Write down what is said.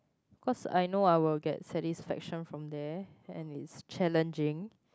cause I know I will get satisfaction from there and it's challenging